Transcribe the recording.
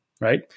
right